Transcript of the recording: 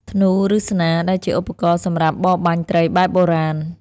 ធ្នូ ឬស្នា ដែលជាឧបករណ៍សម្រាប់បរបាញ់ត្រីបែបបុរាណ។